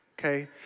Okay